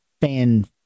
fan